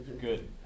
Good